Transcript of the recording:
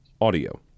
audio